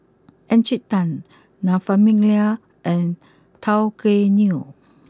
Encik Tan La Famiglia and Tao Kae Noi